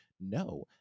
No